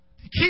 Keep